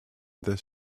this